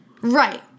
Right